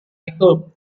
itu